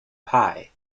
pie